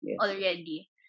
already